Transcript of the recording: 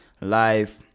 life